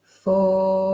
four